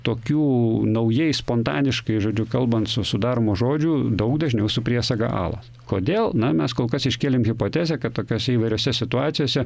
tokių naujai spontaniškai žodžiu kalbant su sudaromos žodžių daug dažniau su priesaga alas kodėl na mes kol kas iškėlėm hipotezę kad tokiose įvairiose situacijose